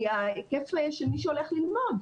מההיקף של מי שהולך ללמוד.